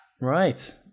Right